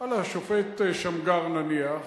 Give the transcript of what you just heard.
על השופט שמגר, נניח.